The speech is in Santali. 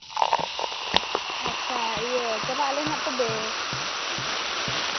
ᱟᱪᱪᱷᱟ ᱤᱭᱟᱹ ᱪᱟᱞᱟᱜ ᱟᱞᱮ ᱦᱟᱸᱜ ᱛᱚᱵᱮ